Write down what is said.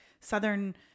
Southern